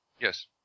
Yes